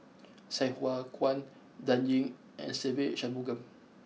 Sai Hua Kuan Dan Ying and Se Ve Shanmugam